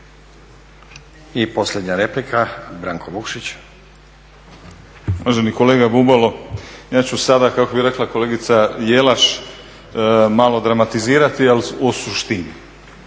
I posljednja replika Branko Vukšić.